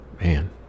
man